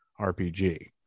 rpg